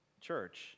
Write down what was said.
church